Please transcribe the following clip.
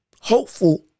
hopeful